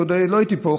כשעוד לא הייתי פה,